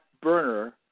burner